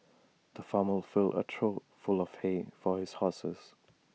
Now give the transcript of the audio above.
the farmer filled A trough full of hay for his horses